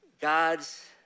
God's